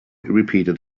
repeated